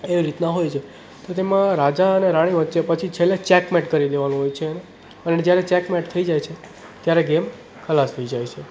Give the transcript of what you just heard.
એવી રીતના હોય છે તો એમાં રાજા અને રાણી વચ્ચે પછી છેલ્લે ચેકમેટ કરી દેવાનું હોય છે અને જ્યારે ચેકમેટ થઈ જાય છે ત્યારે ગેમ ખલાસ થઈ જાય છે